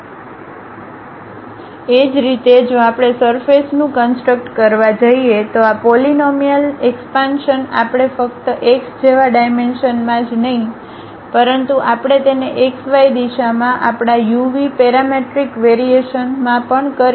એ જ રીતે જો આપણે સરફેસ નું કન્સટ્રક્ કરવા જઈએ તો આ પોલીનોમીઅલ એક્સપાન્શન આપણે ફક્ત x જેવા ડાઈમેન્શનમાં જ નહીં કરીશું પરંતુ આપણે તેને x y દિશામાં આપણા uv પેરામેટ્રિક વેરીએશનમાં પણ કરીશું